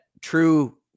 true